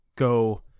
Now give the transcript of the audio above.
go